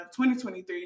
2023